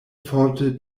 forte